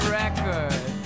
record